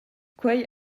quei